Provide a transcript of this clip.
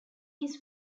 his